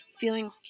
feeling